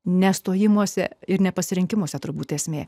ne stojimuose ir ne pasirinkimuose turbūt esmė